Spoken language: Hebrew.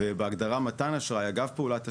בהגדרה "מתן אשראי", אגב פעולת תשלום,